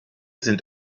sind